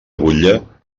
butlla